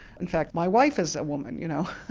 in fact my wife is a woman. you know.